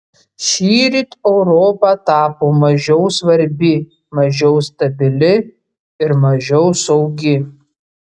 šįryt europa tapo mažiau svarbi mažiau stabili ir mažiau saugi